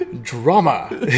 drama